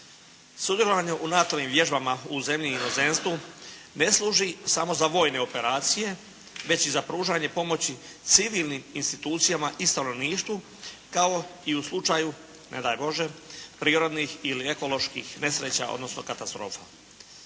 Sudjelovanje u NATO-ovim vježbama u zemlji i inozemstvu ne služi samo za vojne operacije već i za pružanje pomoći civilnim institucijama i stanovništvu kao i u slučaju ne daj Bože prirodnih ili ekoloških nesreća odnosno katastrofa.